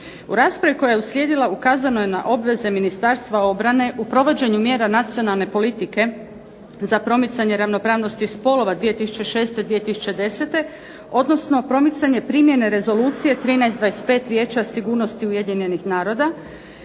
U raspravi koja je uslijedila ukazano je na obveze Ministarstva obrane u provođenju mjera Nacionalne politike za promicanje ravnopravnosti spolova 2006-2010., odnosno promicanje primjene Rezolucije 13/25 Vijeća sigurnosti Ujedinjenih naroda